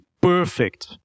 Perfect